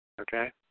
Okay